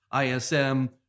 ISM